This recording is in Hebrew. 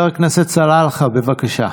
בבקשה.